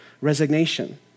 resignation